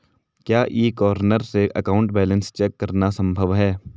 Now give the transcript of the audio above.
क्या e corner से account balance check करना संभव है?